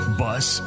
bus